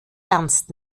ernst